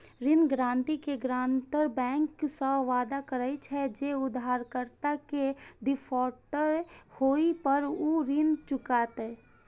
ऋण गारंटी मे guarantor bank सं वादा करे छै, जे उधारकर्ता के डिफॉल्टर होय पर ऊ ऋण चुकेतै